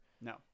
No